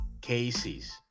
cases